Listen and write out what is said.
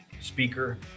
speaker